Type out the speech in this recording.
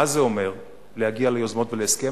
מה זה אומר להגיע ליוזמות ולהסכם?